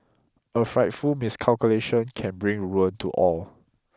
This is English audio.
a frightful miscalculation can bring ruin to all